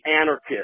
anarchist